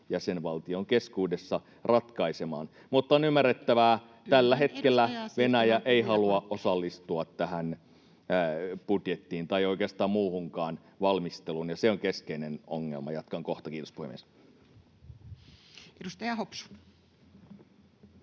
jäsenvaltion keskuudessa ratkaisemaan. Mutta on ymmärrettävää, että tällä hetkellä Venäjä ei halua osallistua tähän budjettiin tai oikeastaan muuhunkaan valmisteluun, ja se on keskeinen ongelma. — Jatkan kohta, kiitos puhemies. [Speech 116]